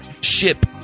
ship